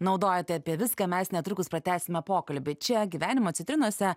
naudojate apie viską mes netrukus pratęsime pokalbį čia gyvenimo citrinose